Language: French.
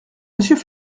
monsieur